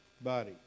body